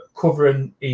Covering